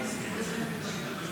שר.